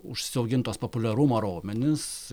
užsiaugint tuos populiarumo raumenis